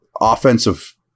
offensive